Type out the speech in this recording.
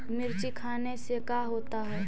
मिर्ची खाने से का होता है?